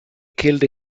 killed